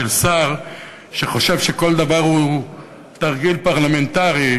של שר שחושב שכל דבר הוא תרגיל פרלמנטרי,